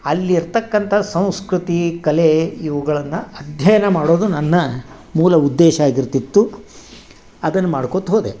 ಅಲ್ಲಿ ಇರತಕ್ಕಂಥ ಸಂಸ್ಕೃತಿ ಕಲೆ ಇವುಗಳನ್ನು ಅಧ್ಯಯನ ಮಾಡೋದು ನನ್ನ ಮೂಲ ಉದ್ದೇಶ ಆಗಿರ್ತಿತ್ತು ಅದನ್ನು ಮಾಡ್ಕೋತಾ ಹೋದೆ